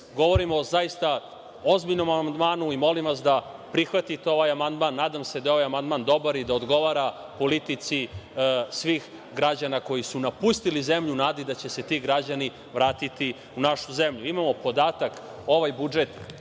o zaista ozbiljnom amandmanu i molim vas da prihvatite ovaj amandman. Nadam se da je ovaj amandman dobar i da odgovara politici svih građana koji su napustili zemlju u nadi da će se ti građani vratiti u našu zemlju. Imamo podatak, ovaj budžet